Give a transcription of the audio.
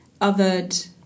othered